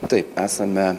taip esame